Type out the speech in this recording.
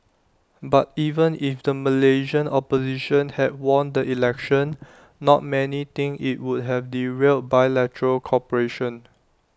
but even if the Malaysian opposition had won the election not many think IT would have derailed bilateral cooperation